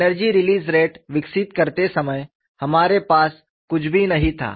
energy release rate विकसित करते समय हमारे पास कुछ भी नहीं था